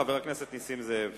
חבר הכנסת נסים זאב.